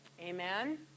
Amen